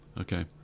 Okay